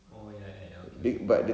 oh ya ya ya okay okay